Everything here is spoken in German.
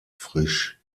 frisch